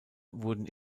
wurden